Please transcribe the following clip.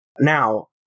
Now